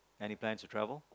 any plans to travel